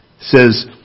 says